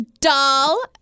doll